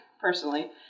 personally